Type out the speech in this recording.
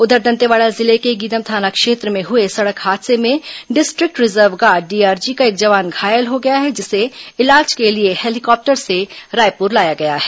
उधर दंतेवाड़ा जिले के गीदम थाना क्षेत्र में हुए सड़क हादसे में डिस्ट्रिक्ट रिजर्व गार्ड डीआरजी का एक जवान घायल हो गया है जिसे इलाज के लिए हेलीकॉप्टर से रायपुर लाया गया है